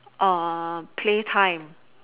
uh play time